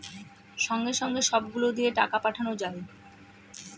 সঙ্গে সঙ্গে সব গুলো দিয়ে টাকা পাঠানো যায়